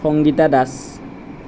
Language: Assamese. সংগীতা দাস